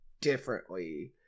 differently